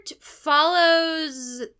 follows